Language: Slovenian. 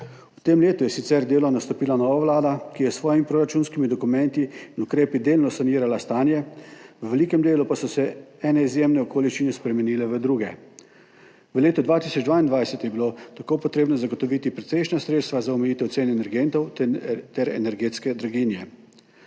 V tem letu je sicer z delom nastopila nova vlada, ki je s svojimi proračunskimi dokumenti in ukrepi delno sanirala stanje, v velikem delu pa so se ene izjemne okoliščine spremenile v druge. V letu 2022 je bilo tako treba zagotoviti precejšnja sredstva za omejitev cen energentov ter energetske draginje.